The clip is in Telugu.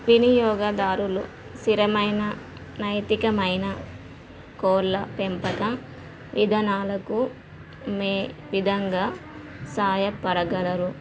వినియోగదారులు స్థిరమైన నైతికమైన కోళ్ళ పెంపక విధనాలకు మేము ఏవిధంగా సహాయపడగలరు